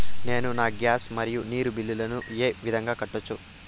నేను నా గ్యాస్, మరియు నీరు బిల్లులను ఏ విధంగా కట్టొచ్చు?